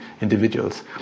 individuals